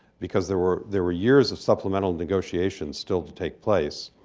because there were there were years of supplemental negotiations still to take place.